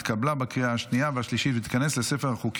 התשפ"ד 2024,